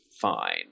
fine